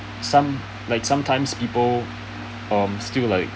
some like sometimes people um still like